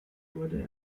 wurde